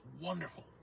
wonderful